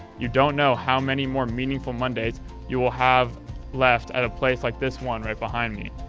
you don't know how many more meaningful mondays you will have left at a place like this one right behind me.